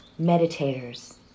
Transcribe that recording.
meditators